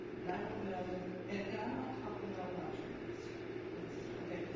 and i don't know. and and i'm not talking about a lunchroom incident incident, okay?